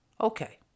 okay